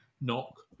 knock